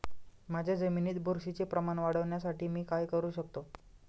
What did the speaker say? माझ्या जमिनीत बुरशीचे प्रमाण वाढवण्यासाठी मी काय करू शकतो?